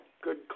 good